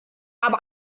habe